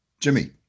Jimmy